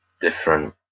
different